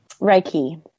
Reiki